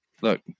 Look